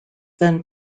then